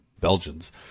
Belgians